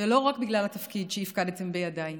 ולא רק בגלל התפקיד שהפקדתם בידיי,